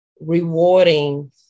rewarding